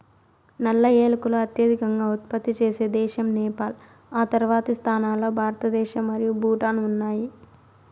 నల్ల ఏలకులు అత్యధికంగా ఉత్పత్తి చేసే దేశం నేపాల్, ఆ తర్వాతి స్థానాల్లో భారతదేశం మరియు భూటాన్ ఉన్నాయి